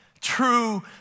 true